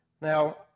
Now